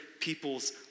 people's